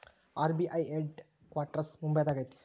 RBI headquarters ಮುಂಬೈದಾಗ ಐತಿ